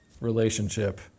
relationship